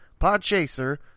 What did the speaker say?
Podchaser